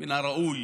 שמן הראוי